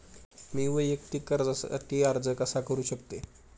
मी वैयक्तिक कर्जासाठी अर्ज कसा करु शकते?